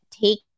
take